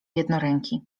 jednoręki